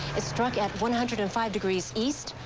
it struck at one hundred and five degrees east,